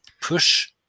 push